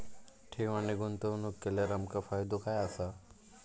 ठेव आणि गुंतवणूक केल्यार आमका फायदो काय आसा?